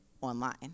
online